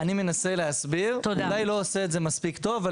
אני מנסה להסביר, אולי לא עושה את זה מספיק טוב.